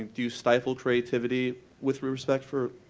do you stifle creativity with respect for